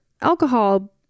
alcohol